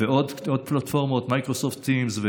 ועוד פלטפורמות: Microsoft Teams,